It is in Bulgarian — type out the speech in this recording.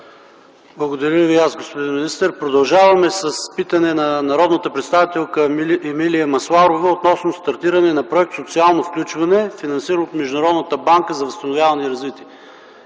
Благодаря и аз, господин министър. Продължаваме с питане на народния представител Емилия Масларова относно стартиране на проект „Социално включване”, финансиран от Международната банка за възстановяване и развитие.